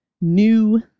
new